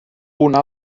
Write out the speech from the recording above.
una